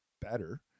better